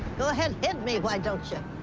go ahead, hit me, why don't you?